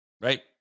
Right